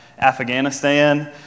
Afghanistan